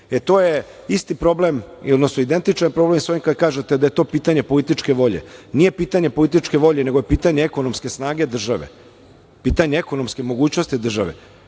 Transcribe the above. To je isti problem, odnosno identičan problem sa ovim kad kažete da je to pitanje političke volje. Nije pitanje volje nego je pitanje ekonomske snage države, pitanje ekonomske mogućnosti države.